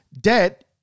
Debt